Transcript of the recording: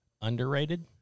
underrated